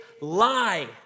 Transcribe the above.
lie